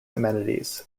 amenities